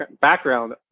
background